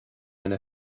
ina